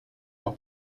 leur